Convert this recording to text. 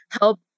help